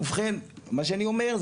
ובכן מה שאני אומר,